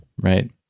right